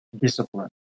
discipline